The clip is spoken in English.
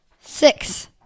Six